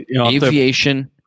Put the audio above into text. aviation